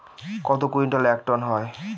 কত কুইন্টালে এক টন হয়?